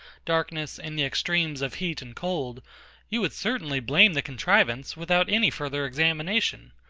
darkness, and the extremes of heat and cold you would certainly blame the contrivance, without any further examination.